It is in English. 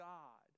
God